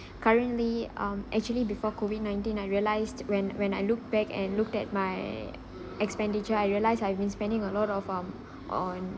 currently um actually before COVID-nineteen I realised when when I look back and looked at my expenditure I realised I've been spending a lot of um on